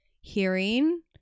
hearing